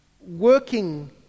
working